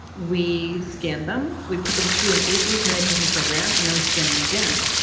we scanned them. we put them through an eight-week meditation program and then we scanned them again.